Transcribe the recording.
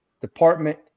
department